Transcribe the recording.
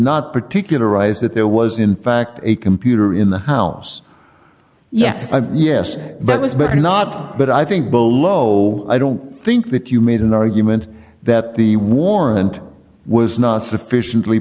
not particularize that there was in a computer in the house yes yes that was better not but i think bolo i don't think that you made an argument that the warrant was not sufficiently